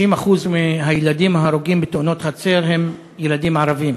90% מהילדים ההרוגים בתאונות חצר הם ילדים ערבים.